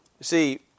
see